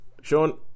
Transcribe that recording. Sean